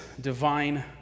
divine